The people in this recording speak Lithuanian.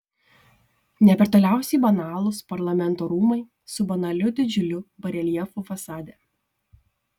ne per toliausiai banalūs parlamento rūmai su banaliu didžiuliu bareljefu fasade